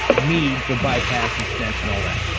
need for bypass and stents, and all that.